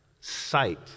sight